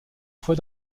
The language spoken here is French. fois